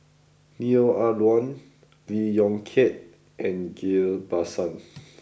Neo Ah Luan Lee Yong Kiat and Ghillie Basan